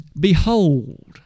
Behold